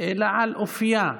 אלא על אופייה,